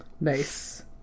Nice